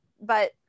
But-